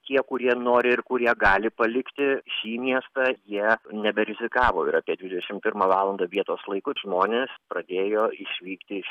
tie kurie nori ir kurie gali palikti šį miestą jie neberizikavo ir apie dvidešim pirmą valandą vietos laiku žmonės pradėjo išvykti iš